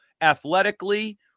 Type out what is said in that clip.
athletically